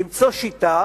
למצוא שיטה